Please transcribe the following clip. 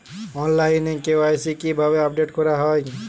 অনলাইনে কে.ওয়াই.সি কিভাবে আপডেট করা হয়?